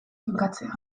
finkatzea